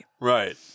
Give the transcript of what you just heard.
Right